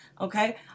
okay